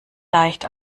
leicht